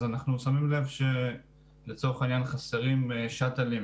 אנחנו שמים לב שלצורך העניין חסרים שאטלים,